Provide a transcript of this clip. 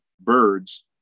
birds